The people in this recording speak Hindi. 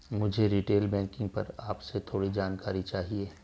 मुझे रीटेल बैंकिंग पर आपसे थोड़ी जानकारी चाहिए